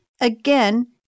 again